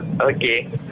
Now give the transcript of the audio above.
Okay